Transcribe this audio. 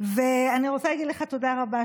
ואני רוצה להגיד לך תודה רבה,